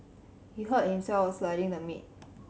he hurt himself while slicing the meat